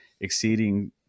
exceeding